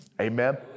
Amen